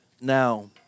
now